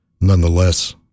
nonetheless